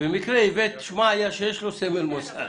במקרה הבאת כדוגמה את שמעיה שיש לו סמל מוסד.